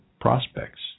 prospects